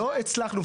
לא הצלחנו,